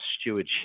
stewardship